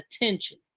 attention